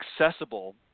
accessible